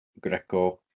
Greco